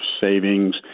savings